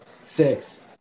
six